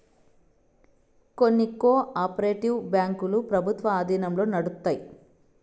కొన్ని cooperative బ్యాంకులు ప్రభుత్వం ఆధీనంలో నడుత్తాయి